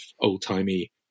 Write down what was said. old-timey